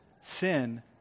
sin